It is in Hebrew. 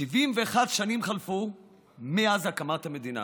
71 שנים חלפו מאז הקמת המדינה